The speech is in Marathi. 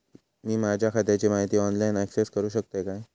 मी माझ्या खात्याची माहिती ऑनलाईन अक्सेस करूक शकतय काय?